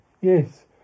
Yes